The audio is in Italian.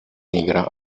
nigra